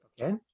okay